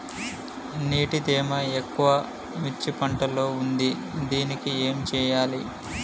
నీటి తేమ ఎక్కువ మిర్చి పంట లో ఉంది దీనికి ఏం చేయాలి?